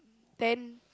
then